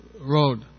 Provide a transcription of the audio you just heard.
road